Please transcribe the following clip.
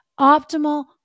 optimal